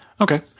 Okay